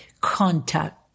contact